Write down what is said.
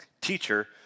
Teacher